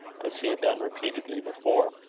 as he had done repeatedly before.